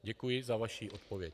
Děkuji za vaši odpověď.